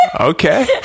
Okay